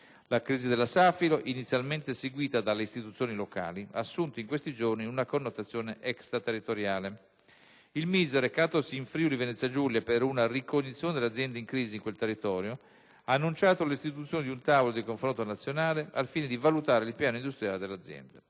La crisi della Safilo, inizialmente seguita dalle istituzioni locali, ha assunto in questi giorni, una connotazione extraterritoriale. Il Ministro dello sviluppo economico, recatosi in Friuli-Venezia Giulia per una ricognizione delle aziende in crisi di quel territorio, ha annunciato l'istituzione di un tavolo di confronto nazionale, al fine di valutare il piano industriale dell'azienda.